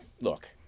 look